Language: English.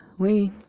we